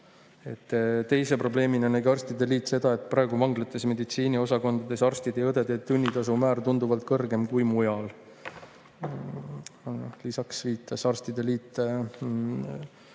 Teise probleemina nägi arstide liit seda, et praegu on vanglate meditsiiniosakondades arstide ja õdede tunnitasu määr tunduvalt kõrgem kui mujal. Lisaks viitas arstide liit